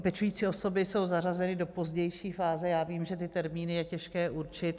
Pečující osoby jsou zařazeny do pozdější fáze, já vím, že ty termíny je těžké určit.